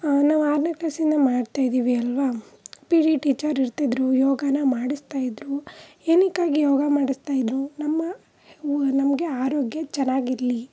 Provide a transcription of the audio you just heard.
ನಾವು ಆರನೇ ಕ್ಲಾಸಿಂದ ಮಾಡ್ತಾಯಿದೀವಿ ಅಲ್ಲವಾ ಪಿ ಟಿ ಟೀಚರ್ ಇರ್ತಿದ್ದರು ಯೋಗನ ಮಾಡಿಸ್ತಾಯಿದ್ದರು ಏನಕ್ಕಾಗಿ ಯೋಗ ಮಾಡಿಸ್ತಾಯಿದ್ದರು ನಮ್ಮ ಒ ನಮಗೆ ಆರೋಗ್ಯ ಚೆನ್ನಾಗಿರ್ಲಿ